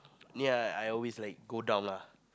ya I always like go down lah